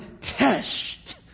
test